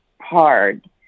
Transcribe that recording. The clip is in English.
hard